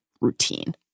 routine